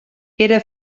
era